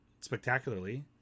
spectacularly